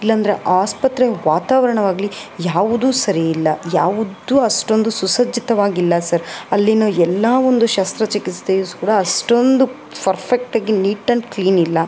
ಇಲ್ಲಂದ್ರೆ ಆಸ್ಪತ್ರೆ ವಾತಾವರಣವಾಗ್ಲಿ ಯಾವುದು ಸರಿಯಿಲ್ಲ ಯಾವುದೂ ಅಷ್ಟೋಂದು ಸುಸಜ್ಜಿತವಾಗಿಲ್ಲ ಸರ್ ಅಲ್ಲಿನ ಎಲ್ಲ ಒಂದು ಶಸ್ತ್ರ ಚಿಕಿತ್ಸೆ ಕೂಡ ಅಷ್ಟೋಂದು ಫರ್ಫೆಕ್ಟ್ ಆಗಿ ನೀಟ್ ಆ್ಯಂಡ್ ಕ್ಲೀನ್ ಇಲ್ಲ